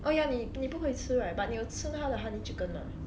oh ya 你你不可以吃 right but 你有吃他的 honey chicken 吗